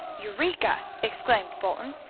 eureka! exclaimed bolton,